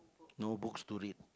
no books to read